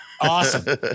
Awesome